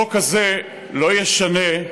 החוק הזה לא ישנה,